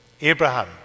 Abraham